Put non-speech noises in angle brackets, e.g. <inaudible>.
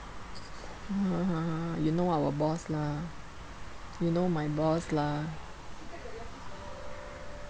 <laughs> you know our boss lah you know my boss lah